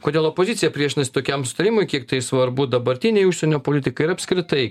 kodėl opozicija priešinasi tokiam sutarimui kiek tai svarbu dabartinei užsienio politikai ir apskritai